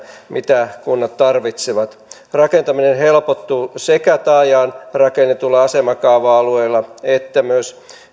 mitä kunnat tarvitsevat rakentaminen helpottuu sekä taajaan rakennetulla asemakaava alueella että myös